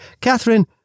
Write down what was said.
Catherine